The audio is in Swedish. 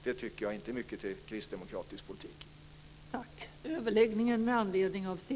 Det är inte mycket till kristdemokratisk politik, tycker jag.